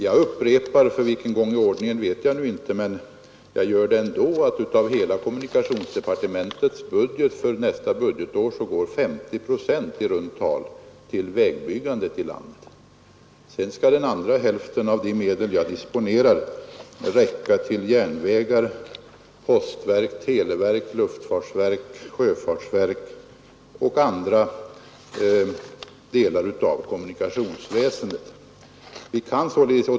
Jag upprepar — för vilken gång i ordningen vet jag nu inte, men jag gör det ändå — att av hela kommunikationsdepartementets budget för nästa budgetår går i runt tal 50 procent till vägbyggandet i landet. Sedan skall den andra hälften av de medel jag disponerar räcka till järnvägar, postverk, televerk, luftfartsverk, sjöfartsverk och andra delar av kommunikationsväsendet.